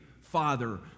father